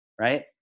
right